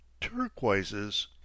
turquoises